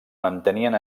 mantenien